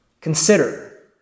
Consider